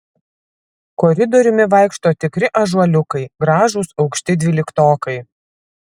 koridoriumi vaikšto tikri ąžuoliukai gražūs aukšti dvyliktokai